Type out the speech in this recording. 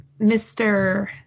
Mr